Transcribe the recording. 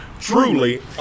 truly